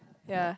ya